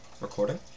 Recording